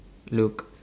Luke